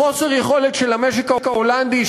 בחוסר יכולת של המשק ההולנדי,